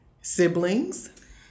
Siblings